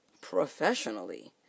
professionally